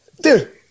Dude